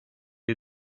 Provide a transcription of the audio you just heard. you